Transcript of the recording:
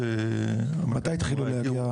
מתי התחילו להגיע השאלות?